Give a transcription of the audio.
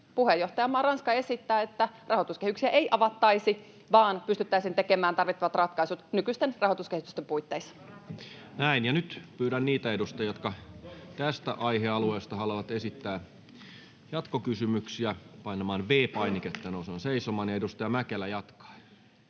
puheenjohtajamaa Ranska esittää, että rahoituskehyksiä ei avattaisi vaan pystyttäisiin tekemään tarvittavat ratkaisut nykyisten rahoituskehysten puitteissa. Näin. — Nyt pyydän niitä edustajia, jotka tästä aihealueesta haluavat esittää jatkokysymyksiä, painamaan V-painiketta ja nousemaan seisomaan. — Edustaja Mäkelä jatkaa.